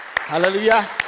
Hallelujah